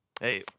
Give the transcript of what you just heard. Hey